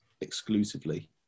exclusively